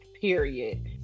period